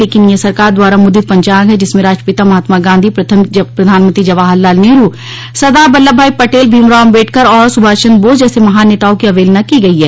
लेकिन यह सरकार द्वारा मुद्रित पंचाग है जिसमें राष्ट्रपिता महात्मा गांधी प्रथम प्रधानमंत्री जवाहर लाल नेहरू सरदार बल्लभभाई पटेल भीमराव अम्बेडकर और सुभाष चन्द्र बोस जैसे महान नेताओं की अवहेलना की गयी है